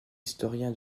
historien